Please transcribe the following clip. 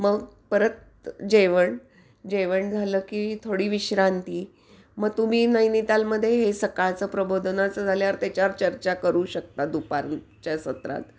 मग परत जेवण जेवण झालं की थोडी विश्रांती मग तुम्ही नैनितालमध्ये हे सकाळचं प्रबोधनाचं झाल्यावर त्याच्यावर चर्चा करू शकता दुपारीच्या सत्रात